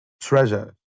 treasure